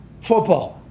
football